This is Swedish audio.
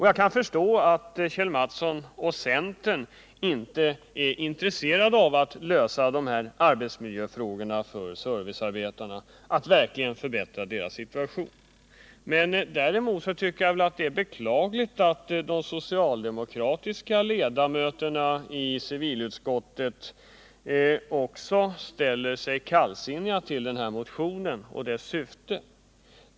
Jag kan förstå att Kjell Mattsson och centern inte är intresserade av att lösa de här arbetsmiljöfrågorna för servicearbetarna och verkligen förbättra deras situation. Däremot tycker jag att det är beklagligt att de socialdemokratiska ledamöterna av civilutskottet också ställer sig kallsinniga till den här motionen och dess syfte.